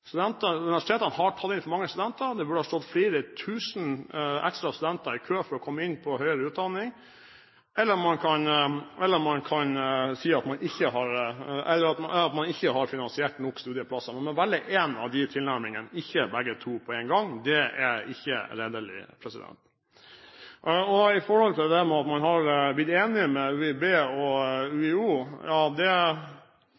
Universitetene har tatt inn for mange studenter, det burde ha stått flere tusen ekstra studenter i kø for å komme inn på høyere utdanning, eller man kan si at man ikke har finansiert nok studieplasser. Man må velge én av disse tilnærmingene, ikke begge to på en gang. Det er ikke redelig. Når det gjelder det at man har blitt enig med UiB og